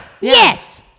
yes